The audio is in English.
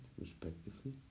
respectively